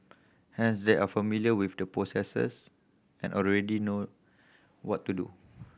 hence they are familiar with the processes and already know what to do